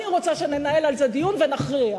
אני רוצה שננהל על זה דיון ונכריע.